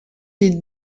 des